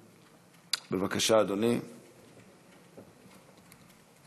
לא נמצא, חבר